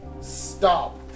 stop